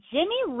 Jimmy